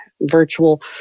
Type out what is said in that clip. virtual